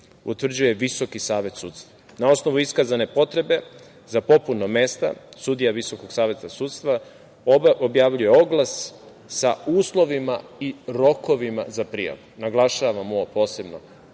utvrđuje Visoki savet sudstva. Na osnovu iskazane potrebe za popunom mesta, sudija Visokog saveta sudstva, oba objavljuju oglas sa uslovima i rokovima za prijavu, ovo naglašavam posebno,